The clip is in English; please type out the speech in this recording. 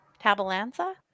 Tabalanza